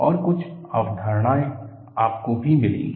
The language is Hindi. और कुछ अवधारणाएं आपको भी मिलेंगी